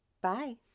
bye